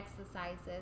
exercises